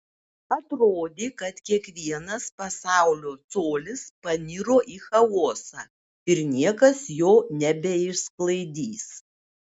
atrodė kad kiekvienas pasaulio colis paniro į chaosą ir niekas jo nebeišsklaidys